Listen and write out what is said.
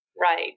Right